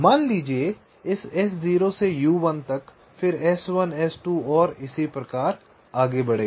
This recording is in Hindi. मान लीजिये इस S0 से U1 तक फिर S1 S2 और इसी प्रकार आगे बढ़ेगा